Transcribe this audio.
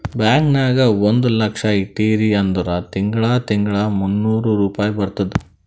bank ನಾಗ್ ಒಂದ್ ಲಕ್ಷ ಇಟ್ಟಿರಿ ಅಂದುರ್ ತಿಂಗಳಾ ತಿಂಗಳಾ ಮೂನ್ನೂರ್ ರುಪಾಯಿ ಬರ್ತುದ್